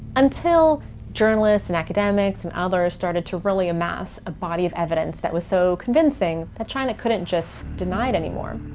until journalists and academics and others started to really amass a body of evidence that was so convincing that china couldn't just deny it anymore.